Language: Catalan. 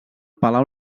palau